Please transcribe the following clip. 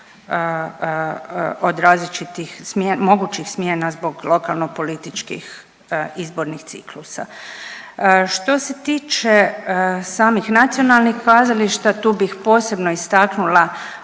od različitih mogućih smjena zbog lokalno političkih izbornih ciklusa. Što se tiče samih nacionalnih kazališta tu bih posebno istaknula